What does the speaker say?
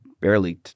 barely